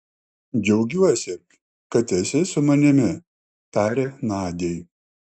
džiaugiuosi kad esi su manimi tarė nadiai